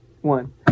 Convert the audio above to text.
one